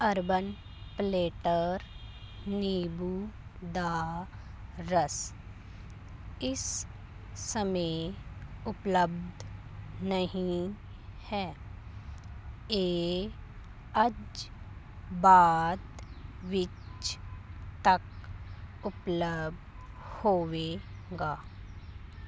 urban platter ਨਿੰਬੂ ਦਾ ਰਸ ਇਸ ਸਮੇਂ ਉਪਲੱਬਧ ਨਹੀਂ ਹੈ ਇਹ ਅੱਜ ਬਾਅਦ ਵਿੱਚ ਤੱਕ ਉਪਲੱਬਧ ਹੋਵੇਗਾ